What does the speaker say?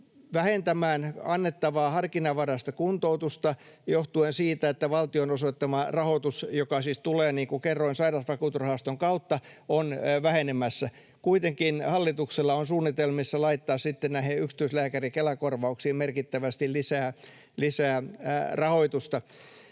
vähentämään annettavaa harkinnanvaraista kuntoutusta johtuen siitä, että valtion osoittama rahoitus, joka siis tulee, niin kuin kerroin, Sairausvakuutusrahaston kautta, on vähenemässä. Kuitenkin hallituksella on suunnitelmissa laittaa näihin yksityislääkärin Kela-korvauksiin merkittävästi lisää rahoitusta.